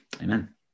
Amen